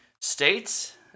states